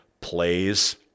plays